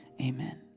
Amen